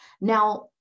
Now